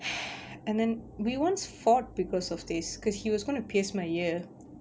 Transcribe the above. and then we once fought because of this cause he was gonna pierce my ear